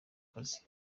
kazi